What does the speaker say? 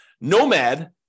Nomad